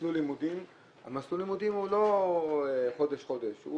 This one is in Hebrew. מסלול לימודים מסלול הלימודים הוא לא חודש חודש,